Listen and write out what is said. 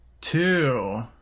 two